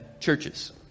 churches